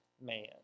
man